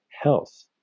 health